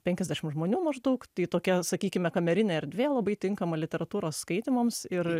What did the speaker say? penkiasdešimt žmonių maždaug tai tokia sakykime kamerinė erdvė labai tinkama literatūros skaitymams ir